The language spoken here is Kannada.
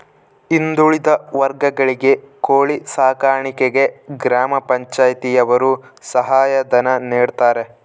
ಹಿಂದುಳಿದ ವರ್ಗಗಳಿಗೆ ಕೋಳಿ ಸಾಕಾಣಿಕೆಗೆ ಗ್ರಾಮ ಪಂಚಾಯ್ತಿ ಯವರು ಸಹಾಯ ಧನ ನೀಡ್ತಾರೆ